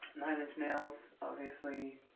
nine inch nails obviously,